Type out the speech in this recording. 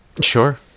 Sure